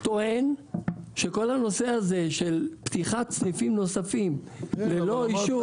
טוען שכל הנושא הזה של פתיחת סניפים נוספים ללא אישור,